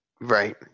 Right